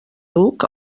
duc